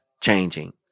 changing